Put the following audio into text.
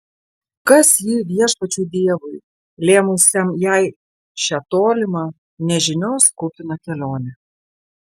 kas ji viešpačiui dievui lėmusiam jai šią tolimą nežinios kupiną kelionę